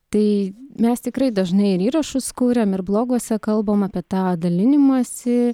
tai mes tikrai dažnai ir įrašus kūriam ir bloguose kalbam apie tą dalinimąsi